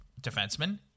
defenseman